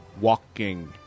walking